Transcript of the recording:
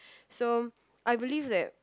so I believe that